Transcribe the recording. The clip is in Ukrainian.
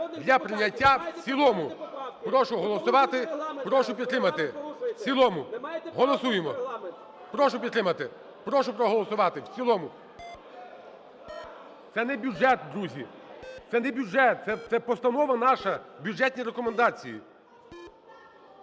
для прийняття в цілому. Прошу голосувати, прошу підтримати в цілому. Голосуємо. Прошу підтримати. Прошу проголосувати в цілому. Це не бюджет, друзі! Це не бюджет! Це постанова наша, бюджетні рекомендації.